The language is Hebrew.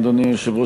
אדוני היושב-ראש,